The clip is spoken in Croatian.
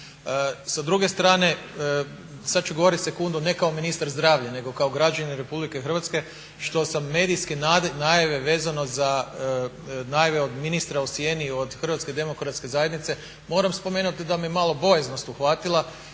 Sa druge strane, sada ću govoriti sekundu ne kao ministar zdravlja nego kao građanin RH što sam medijske najave vezano za najave od ministra u sjeni od HDZ-a moram spomenuti da me malo bojaznost uhvatila